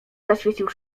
zaświecił